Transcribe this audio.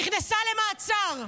נכנסה למעצר,